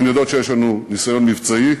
הן יודעות שיש לנו ניסיון מבצעי,